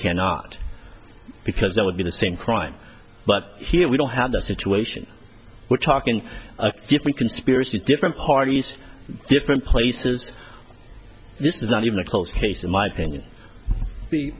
cannot because that would be the same crime but here we don't have the situation we're talking conspiracy different parties different places this is not even a close case in my opinion the